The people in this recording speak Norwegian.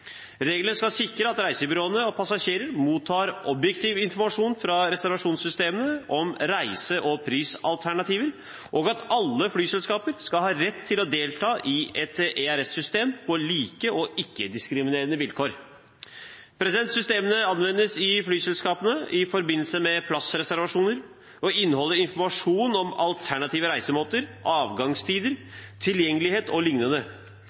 Reglene skal sikre at reisebyråene og passasjerer mottar objektiv informasjon fra reservasjonssystemene om reise- og prisalternativer, og at alle flyselskaper skal ha rett til å delta i et ERS-system på like og ikke-diskriminerende vilkår. Systemene anvendes i flyselskapene i forbindelse med plassreservasjoner og inneholder informasjon om alternative reisemåter,